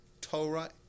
Torah